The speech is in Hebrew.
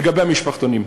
לגבי המשפחתונים,